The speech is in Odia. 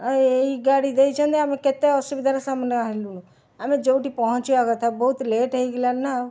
ଆଉ ଏଇ ଗାଡ଼ି ଦେଇଛନ୍ତି ଆମେ କେତେ ଅସୁବିଧାର ସାମ୍ନା ହେଲୁଣୁ ଆମେ ଯେଉଁଠି ପହଞ୍ଚିବା କଥା ବହୁତ ଲେଟ୍ ହେଇଗଲାଣି ନା ଆଉ